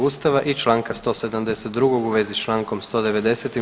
Ustava i Članka 172. u vezi s Člankom 190.